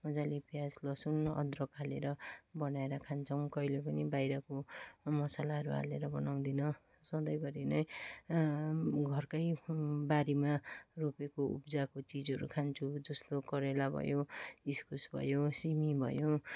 मजाले प्याज लसुन अदरक हालेर बनाएर खान्छौँ कहिले पनि बाहिरको मसालाहरू हालेर बनाउँदिन सधैँ भरि नै घरकै बारीमा रोपेको उब्जाको चिजहरू खान्छु जस्तो करेला भयो इस्कुस भयो सिमी भयो